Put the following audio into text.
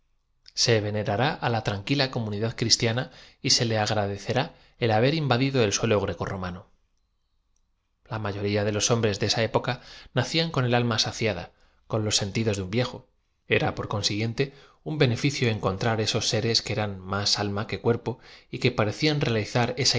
x tranqui la comunidad cristiana y se le agradecerá el haber invadido el suelo grecoromano l a m ayoría de los hombres de esa época oacian con el alma saciada con los sentidos de un viejo era por consiguiente un beneñcio encontrar esos serea que eran más alm a que cuerpo y que parecían realizar esa